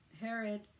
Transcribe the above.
Herod